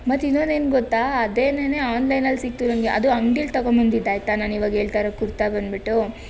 ಮತ್ತೆ ಇನ್ನೊಂದು ಏನು ಗೊತ್ತಾ ಅದೇನೇನೆ ಆನ್ಲೈನ್ನಲ್ಲಿ ಸಿಕ್ಕಿತು ನನಗೆ ಅದು ಅಂಗಡಿಯಲ್ಲಿ ತೊಗೋಬಂದಿದ್ದು ಆಯಿತಾ ನಾನು ಈವಾಗ ಹೇಳ್ತಾ ಇರೋ ಕುರ್ತಾ ಬಂದುಬಿಟ್ಟು